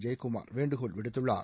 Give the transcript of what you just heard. ஜெயக்குமார் வேண்டுகோள் விடுத்துள்ளார